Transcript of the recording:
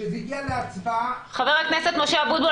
כאשר זה הגיע להצבעה --- חבר הכנסת משה אבוטבול,